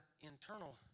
internal